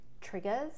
triggers